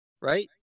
right